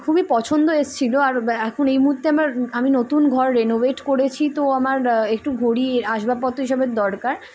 খুবই পছন্দ এসছিলো আর এখন এই মুহুর্তে আমার আমি নতুন ঘর রেনোভেট করেছি তো আমার একটু ঘড়ি আসবপত্র হিসবের দরকার